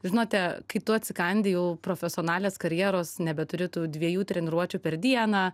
žinote kai tu atsikandi jau profesionalės karjeros nebeturi tų dviejų treniruočių per dieną